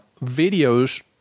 videos